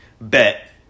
bet